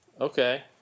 Okay